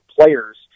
players